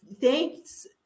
thanks